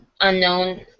unknown